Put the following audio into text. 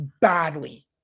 badly